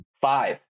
five